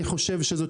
אני חושב שזאת